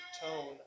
tone